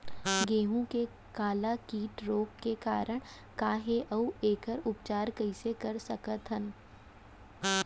गेहूँ के काला टिक रोग के कारण का हे अऊ एखर उपचार कइसे कर सकत हन?